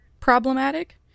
problematic